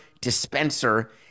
dispenser